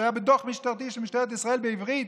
זה היה בדוח משטרתי של משטרת ישראל, בעברית,